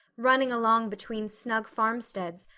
running along between snug farmsteads,